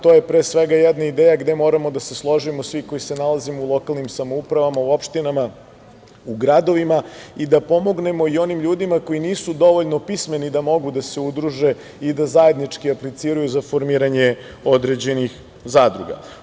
To je, pre svega, jedna ideja gde moramo da se složimo svi koji se nalazimo u lokalnim samouprava, u opštinama, u gradovima i da pomognemo i onim ljudima koji nisu dovoljno pismeni da mogu da se udruže i da zajednički apliciraju za formiranje određenih zadruga.